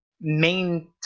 main